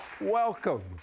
Welcome